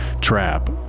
trap